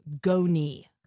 goni